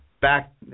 back